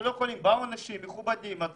באו אנשים מכובדים - חלקם לא עובדים,